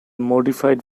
modified